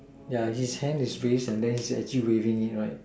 yeah his hands is raised and actually waving it right